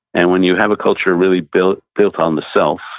and when you have a culture really built built on the self,